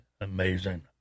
Amazing